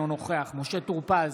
אינו נוכח משה טור פז,